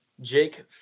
Jake